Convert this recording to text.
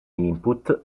input